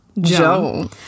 joe